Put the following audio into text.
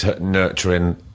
nurturing